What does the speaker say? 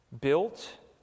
Built